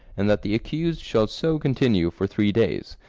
and that the accused shall so continue for three days,